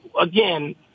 again